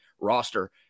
roster